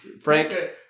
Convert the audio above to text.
Frank